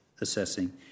assessing